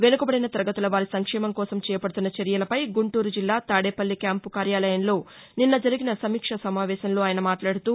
వెనుకబడిన తరగతుల వారి సంక్షేమం కోసం చేపదుతున్న చర్యలపై గుంటూరు జిల్లా తాడేపల్లి క్యాంపు కార్యాలయంలో నిన్న జరిగిన సమీక్ష సమావేశంలో ఆయన మాట్లాదుతూ